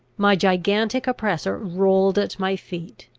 my gigantic oppressor rolled at my feet.